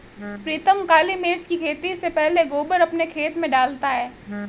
प्रीतम काली मिर्च की खेती से पहले गोबर अपने खेत में डालता है